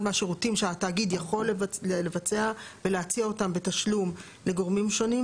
מהשירותים שהתאגיד יכול לבצע ולהציע אותם בתשלום לגורמים שונים,